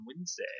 Wednesday